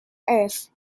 earth